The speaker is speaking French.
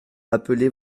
appeler